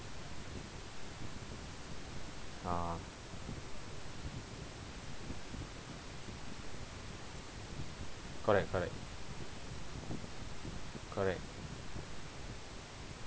ah correct correct correct